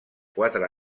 quatre